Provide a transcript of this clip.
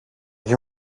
can